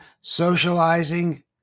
socializing